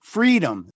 Freedom